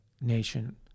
nation